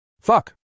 Fuck